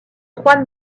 trois